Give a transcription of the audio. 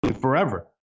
forever